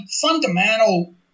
fundamental